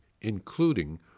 including